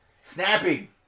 Snappy